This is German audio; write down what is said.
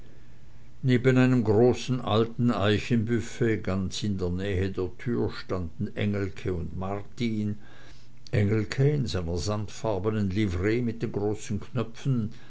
neben einem großen alten eichenbüfett ganz in nähe der tür standen engelke und martin engelke in seiner sandfarbenen livree mit den großen knöpfen